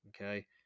okay